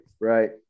Right